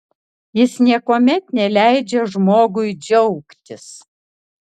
jis niekuomet neleidžia žmogui džiaugtis